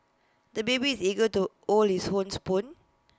the baby is eager to hold his own spoon